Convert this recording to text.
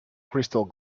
crystal